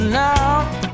now